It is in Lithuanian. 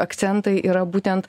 akcentai yra būtent